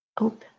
open